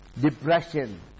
depression